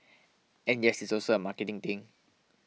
and yes it's also a marketing thing